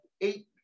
eight